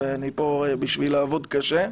ואני פה בשביל לעבוד קשה.